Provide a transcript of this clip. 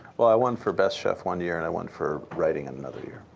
well, i won for best chef one year and i won for writing another year.